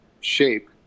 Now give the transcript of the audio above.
shape